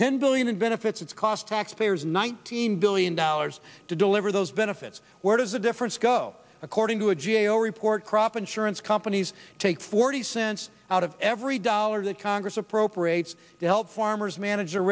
ten billion in benefits it's cost taxpayers nineteen billion dollars to deliver those benefits where does a difference go according to a g a o report crop insurance companies take forty cents out of every dollar that congress appropriates to help farmers manage